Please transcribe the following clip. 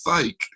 fake